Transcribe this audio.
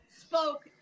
spoke